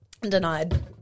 Denied